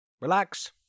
relax